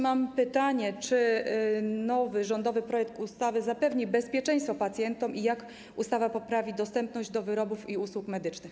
Mam pytanie: Czy nowy rządowy projekt ustawy zapewni bezpieczeństwo pacjentom i jak ustawa poprawi dostępność do wyrobów i usług medycznych?